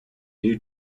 new